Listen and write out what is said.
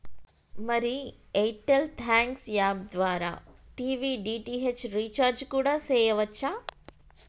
మరి Airtel thanks app ద్వారా TV DTH recharge కూడా సెయ్యవచ్చు